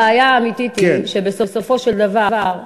הבעיה האמיתית היא שבסופו של דבר,